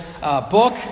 book